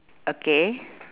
okay